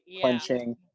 clenching